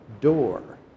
door